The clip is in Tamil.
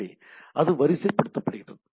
எனவே அது வரிசைப் படுத்தப்படுகிறது